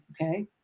okay